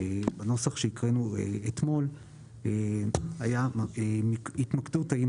הנוסח שהקראנו אתמול היה התמקדות האם